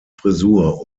frisur